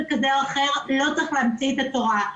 כזה או אחר לא צריך להמציא את התורה.